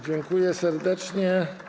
Dziękuję serdecznie.